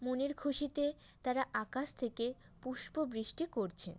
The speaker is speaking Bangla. মনের খুশিতে তারা আকাশ থেকে পুষ্পবৃষ্টি করছেন